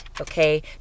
okay